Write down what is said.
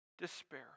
despair